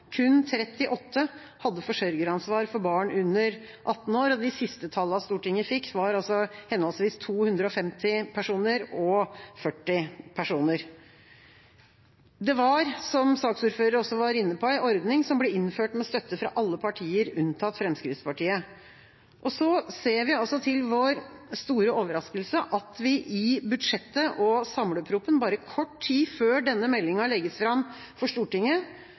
De siste tallene Stortinget fikk, var henholdsvis 250 og 40 personer. Det var, som saksordføreren også var inne på, ei ordning som ble innført med støtte fra alle partier, unntatt Fremskrittspartiet. Så ser vi til vår store overraskelse i budsjettet og samleproposisjonen, bare kort tid før denne meldinga legges fram for Stortinget,